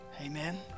Amen